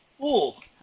Cool